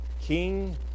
King